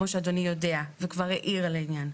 כמו שאדוני יודע וכבר העיר על העניין.